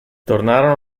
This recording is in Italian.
tornarono